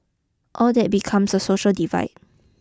all that becomes a social divide